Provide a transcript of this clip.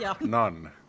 None